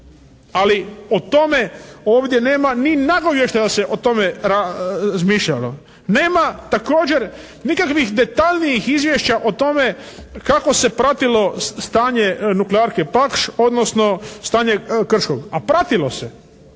Ali o tome ovdje nema ni nagovještaja da se o tome razmišljalo. Nema također nikakvih detaljnijih izvješća o tome kako se pratilo stanje Nuklearke Paks, odnosno stanje Krškog, a pratilo se.